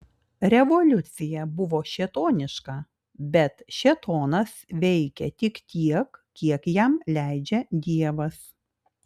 revoliucija buvo šėtoniška bet šėtonas veikia tik tiek kiek jam leidžia dievas